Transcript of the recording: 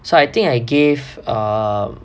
so I think I gave err